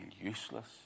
useless